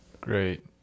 Great